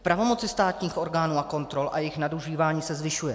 Pravomoc státních orgánů a kontrol a jejich nadužívání se zvyšuje.